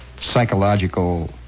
psychological